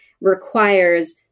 requires